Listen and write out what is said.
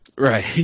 right